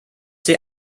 die